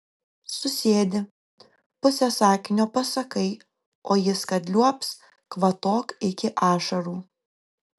susėdi pusę sakinio pasakai o jis kad liuobs kvatok iki ašarų